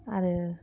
आरो